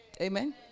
amen